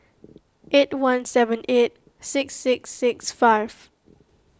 eight one seven eight six six six five